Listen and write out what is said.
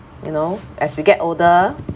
you know as we get older